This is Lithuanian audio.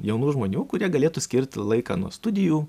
jaunų žmonių kurie galėtų skirti laiką nuo studijų